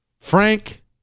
Frank